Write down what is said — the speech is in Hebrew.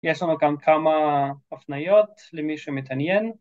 ‫יש לנו גם כמה הפניות, ‫למי שמתעניין.